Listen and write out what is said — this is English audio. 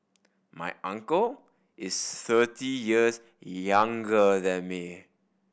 my uncle is thirty years younger than me